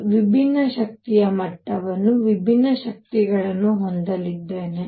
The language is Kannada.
ನಾನು ವಿಭಿನ್ನ ಶಕ್ತಿಯ ಮಟ್ಟವನ್ನು ವಿಭಿನ್ನ ಶಕ್ತಿಗಳನ್ನು ಹೊಂದಲಿದ್ದೇನೆ